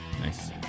nice